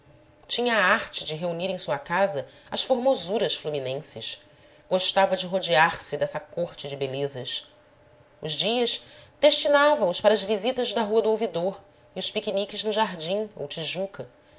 a arte de reunir em sua casa as formosuras fluminenses gostava de rodearse dessa corte de belezas os dias destinava os para as visitas da rua do ouvidor e os piqueniques no jardim ou tijuca